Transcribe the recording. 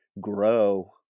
grow